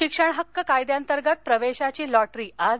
शिक्षणहक्क कायद्यांतर्गत प्रवेशाची लॉटरी आज